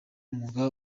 umwuga